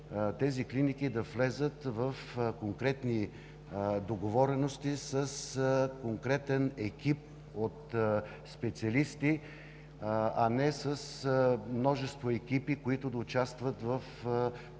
да влязат в конкретни договорености с конкретен екип от специалисти, а не с множество екипи, които да участват в това